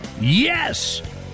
yes